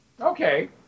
Okay